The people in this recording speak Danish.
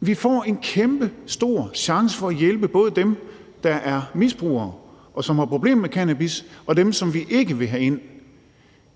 Vi får en kæmpestor chance for at hjælpe både dem, der er misbrugere, og som har problemer med cannabis, og dem, som vi ikke vil have ind